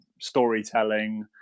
storytelling